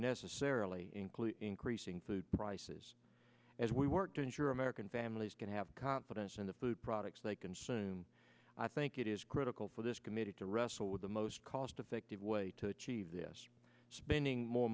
unnecessarily include increasing food prices as we work to ensure american families can have confidence in the food products they consume i think it is critical for this committee to wrestle with the most cost effective way to achieve this spending more